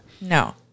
No